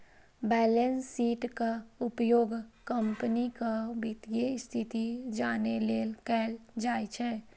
balance शीटक उपयोग कंपनीक वित्तीय स्थिति जानै लेल कैल जाइ छै